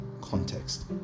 context